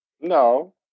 No